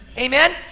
Amen